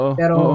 pero